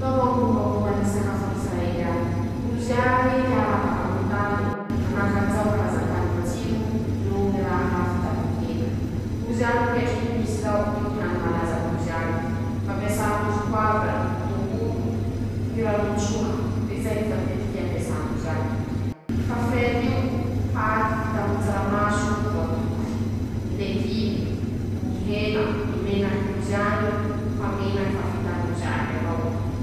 Zao moa ñy mombamombany ñy sakafo an'israely añy: -Rozy añy tea raha bakaminy ñy tane ,manahaky anizao ñy karazan-kany matsiro noho ñy raha vita aminy ñy hena ;rozy añy miketriky emisy zao, io ñy hany malaza amindrozy añy ;fampiasan-drozy poavra ,ñy tongolo ,ñy ranon-tsoha ,rezay ñy fatetiky fampiasan-drozy añy ;fafel io paty vita aminy ñy tsaramaso voatotoky ,ñy legimy ,ñy hena ,ñy menakin-drozy añy fa menaky fa vitan-drozy añy avao.